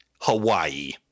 Hawaii